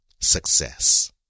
success